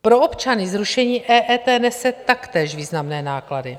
Pro občany zrušení EET nese taktéž významné náklady.